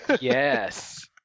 yes